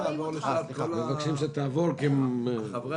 כדי